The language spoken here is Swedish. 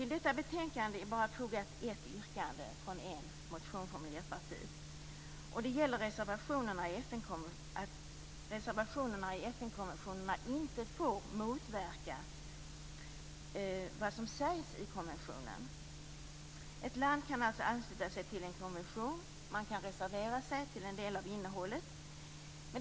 I detta betänkande tas bara upp ett yrkande från en miljöpartimotion. Detta gäller att reservationerna i FN-konventionerna inte får motverka vad som sägs i konventionen. Ett land kan alltså ansluta sig till en konvention men reservera sig mot en del av innehållet.